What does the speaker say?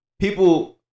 people